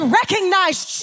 recognized